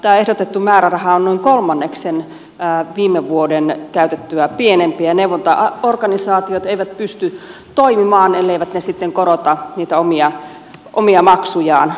tämä ehdotettu määräraha on noin kolmanneksen viime vuonna käytettyä pienempi ja neuvontaorganisaatiot eivät pysty toimimaan elleivät ne sitten korota niitä omia maksujaan